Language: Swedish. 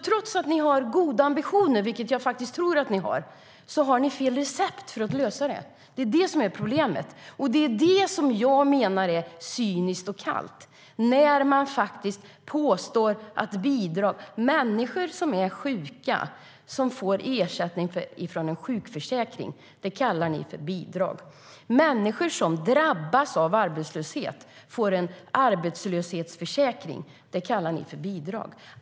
Trots att ni har goda ambitioner, vilket jag faktiskt tror att ni har, har ni fel recept för att lösa det hela, och det är problemet. Det jag menar är cyniskt och kallt är att när människor som är sjuka får ersättning från en sjukförsäkring kallar ni det för bidrag, och när människor drabbas av arbetslöshet och får arbetslöshetsersättning kallar ni det för bidrag.